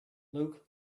luke